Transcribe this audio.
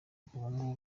ubungubu